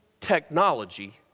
technology